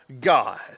God